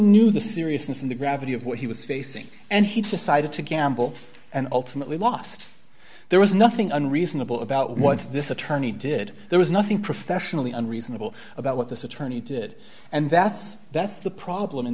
knew the seriousness and the gravity of what he was facing and he decided to gamble and ultimately last there was nothing unreasonable about what this attorney did there was nothing professionally and reasonable about what this attorney did and that's that's the problem in